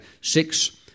six